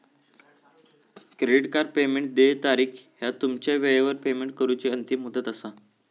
credit card payment देय तारीख ह्या तुमची वेळेवर पेमेंट करूची अंतिम मुदत असा